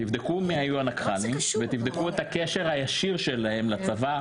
תבדקו מי היו הנקח"לים ותבדקו את הקשר הישיר שלהם לצבא,